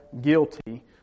guilty